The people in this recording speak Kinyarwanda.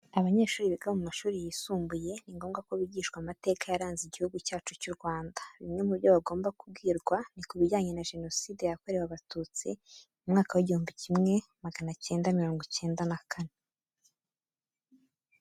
Abanyeshuri biga mu mashuri yisumbuye, ni ngombwa ko bigishwa amateka yaranze Igihugu cyacu cy'u Rwanda. Bimwe mu byo bagomba kubwirwa ni kubijyane na Jenoside yakorewe Abatutsi mu mwaka w'igihumbi kimwe magana cyenda mirongo icyenda na kane.